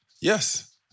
Yes